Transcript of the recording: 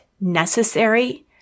necessary